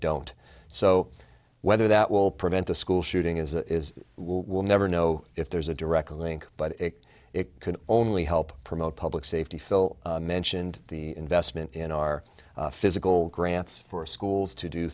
don't so whether that will prevent a school shooting as we will never know if there's a direct link but it could only help promote public safety phil mentioned the investment in our physical grants for schools to do